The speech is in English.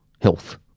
health